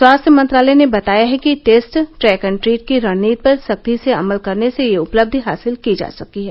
स्वास्थ्य मंत्रालय ने बताया है कि टेस्ट ट्रैक एंड ट्रीट की रणनीति पर सख्ती से अमल करने से यह उपलब्धि हासिल की जा सकी है